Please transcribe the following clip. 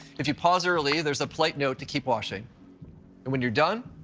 if you pause early, there's a polite note to keep washing. and when you're done,